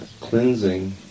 cleansing